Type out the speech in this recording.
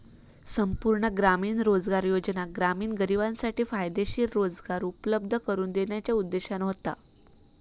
संपूर्ण ग्रामीण रोजगार योजना ग्रामीण गरिबांसाठी फायदेशीर रोजगार उपलब्ध करून देण्याच्यो उद्देशाने होता